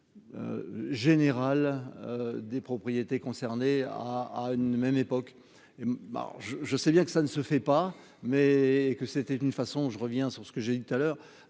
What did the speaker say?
générale des propriétés concernées à à une même époque ben je je sais bien que ça ne se fait pas mais et que c'était une façon, je reviens sur ce que j'ai dit tout à l'heure